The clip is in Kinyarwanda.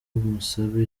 musabe